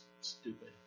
stupid